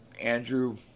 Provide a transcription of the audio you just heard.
Andrew